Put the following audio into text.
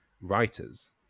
writers